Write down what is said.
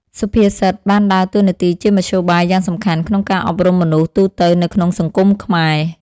សុភាសិតបានដើរតួនាទីជាមធ្យោបាយយ៉ាងសំខាន់ក្នុងការអប់រំមនុស្សទូទៅនៅក្នុងសង្គមខ្មែរ។